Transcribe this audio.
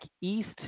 East